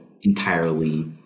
entirely